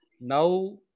Now